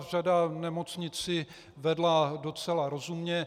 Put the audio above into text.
Řada nemocnic si vedla docela rozumně.